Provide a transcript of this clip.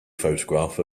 photograph